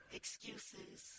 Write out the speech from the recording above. excuses